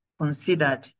considered